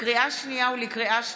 לקריאה שנייה ולקריאה שלישית: